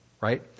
right